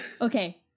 okay